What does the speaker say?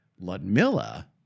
Ludmilla